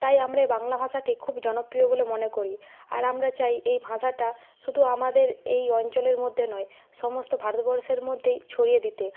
তাই আমরা এই বাংলা ভাষাকে খুবই জনপ্রিয় বলে মনে করি আর আমরা চাই এই ভাষাটা শুধু আমাদের এই অঞ্চলের মধ্যে নয় সমস্ত ভারতবর্ষের মধ্যেই ছড়িয়ে দিতে